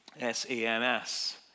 S-A-M-S